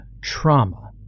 trauma